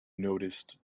noticed